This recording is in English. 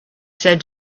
said